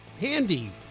handy